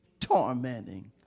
tormenting